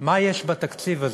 מה יש בתקציב הזה,